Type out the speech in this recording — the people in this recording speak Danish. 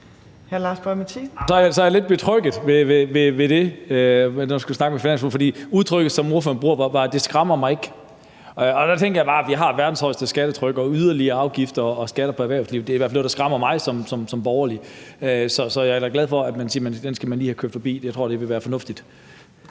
snakke med finansordføreren. For udtrykket, som ordføreren bruger, er, at det skræmmer mig ikke. Der tænker jeg bare, at vi har verdens højeste skattetryk, og yderligere afgifter og skatter på erhvervslivet er i hvert fald noget, der skræmmer mig som borgerlig. Så er jeg da glad for, at man siger, at den skal man lige have kørt forbi. Det tror jeg vil være fornuftigt.